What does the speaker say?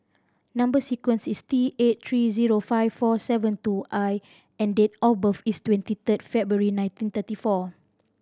number sequence is T eight three zero five four seven two I and date of birth is twenty third February nineteen thirty four